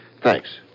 Thanks